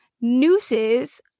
nooses